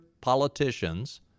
politicians